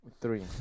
Three